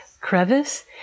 crevice